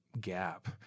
gap